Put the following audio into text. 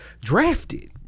drafted